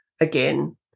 again